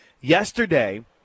yesterday